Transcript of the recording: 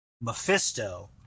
Mephisto